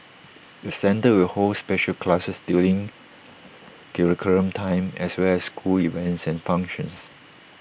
the centre will hold special classes during curriculum time as well as school events and functions